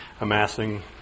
amassing